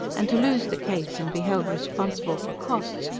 and to lose the case, and be held responsible for costs,